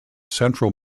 central